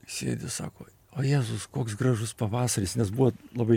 sėdi sako o jėzus koks gražus pavasaris nes buvo labai